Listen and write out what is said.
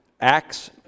acts